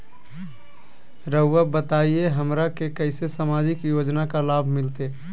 रहुआ बताइए हमरा के कैसे सामाजिक योजना का लाभ मिलते?